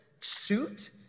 suit